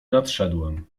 nadszedłem